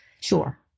sure